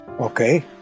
Okay